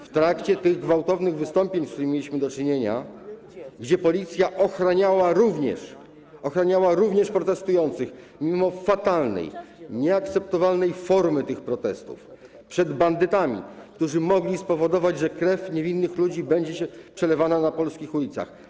W trakcie tych gwałtownych wystąpień, z którymi mieliśmy do czynienia, policja ochraniała również protestujących - mimo fatalnej, nieakceptowalnej formy tych protestów - przed bandytami, którzy mogli spowodować, że krew niewinnych ludzi będzie przelewana na polskich ulicach.